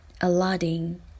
Aladdin